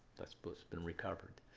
that's but been recovered.